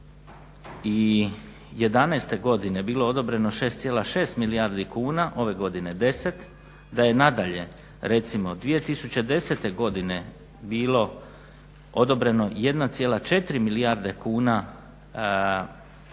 2011.godine bilo odobreno 6,6 milijardi kuna ove godine 10, da je nadalje recimo 2010.godine bilo odobreno 1,4 milijarde kuna